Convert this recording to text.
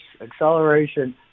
acceleration